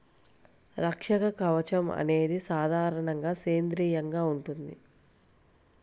రక్షక కవచం అనేది సాధారణంగా సేంద్రీయంగా ఉంటుంది